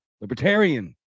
Libertarian